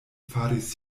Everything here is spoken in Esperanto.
faris